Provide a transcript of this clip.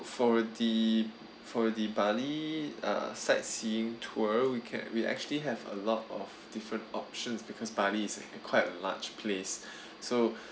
for the for the bali uh sightseeing tour we can we actually have a lot of different options because bali is a quite a large place so